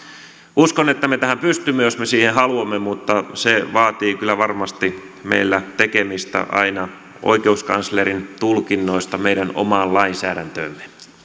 uskon että me tähän pystymme jos me siihen haluamme mutta se vaatii kyllä varmasti meillä tekemistä aina oikeuskanslerin tulkinnoista meidän omaan lainsäädäntöömme